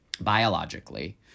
biologically